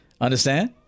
Understand